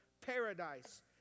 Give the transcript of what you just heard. Paradise